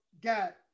got